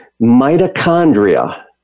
mitochondria